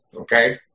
okay